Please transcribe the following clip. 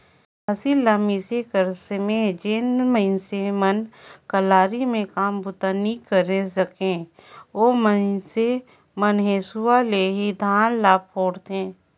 फसिल ल मिसे कर समे जेन मइनसे मन कलारी मे काम बूता नी करे सके, ओ मइनसे मन हेसुवा ले ही धान पान ल कोड़थे